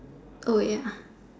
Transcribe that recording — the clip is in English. ya